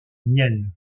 miel